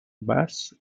bass